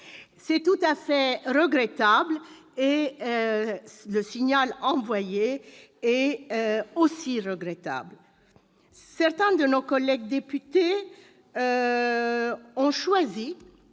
c'est tout à fait regrettable et le signal envoyé est aussi regrettable. Certains de nos collègues députés ont choisi